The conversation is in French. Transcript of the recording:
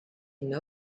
une